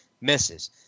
Misses